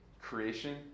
Creation